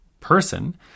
person